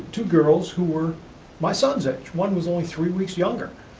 two girls, who were my son's age. one was only three weeks younger.